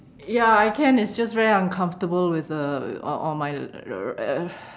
ya I can it's just very uncomfortable with the uh on my r~ uh